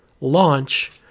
launch